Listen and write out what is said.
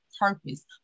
purpose